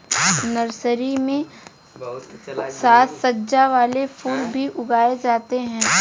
nursery में साज सज्जा वाले फूल भी उगाए जाते हैं